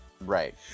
Right